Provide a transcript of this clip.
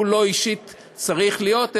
לא הוא אישית צריך להיות,